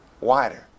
wider